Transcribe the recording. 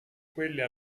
quello